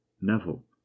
Neville